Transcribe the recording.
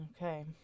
Okay